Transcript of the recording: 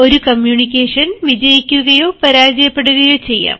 ഒരു കമ്മ്യൂണിക്കേഷൻ വിജയിക്കുകയോ പരാജയപ്പെടുകയോ ചെയ്യാം